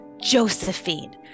Josephine